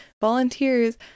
volunteers